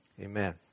Amen